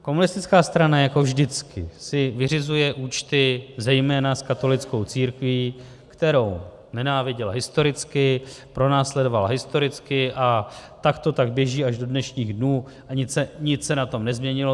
Komunistická strana jako vždycky si vyřizuje účty zejména s katolickou církví, kterou nenáviděla historicky, pronásledovala historicky, a takto to tak běží až do dnešních dnů a nic se na tom nezměnilo.